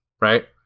right